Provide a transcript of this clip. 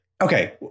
Okay